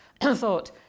thought